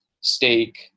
steak